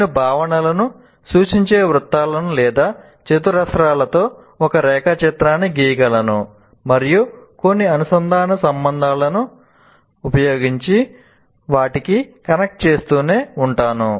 నేను భావనలను సూచించే వృత్తాలు లేదా చతురస్రాలతో ఒక రేఖాచిత్రాన్ని గీయగలను మరియు కొన్ని అనుసంధాన పదబంధాలను ఉపయోగించి వాటిని కనెక్ట్ చేస్తూనే ఉంటాను